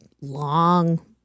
long